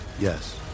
Yes